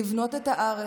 לבנות את הארץ,